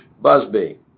Busby